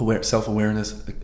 self-awareness